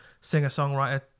singer-songwriter